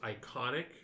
iconic